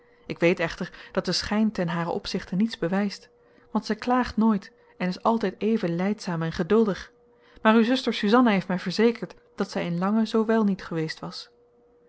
ik weet echter dat de schijn ten haren opzichte niets bewijst want zij klaagt nooit en is altijd even lijdzaam en geduldig maar uw zuster suzanna heeft mij verzekerd dat zij in lang zoo wel niet geweest was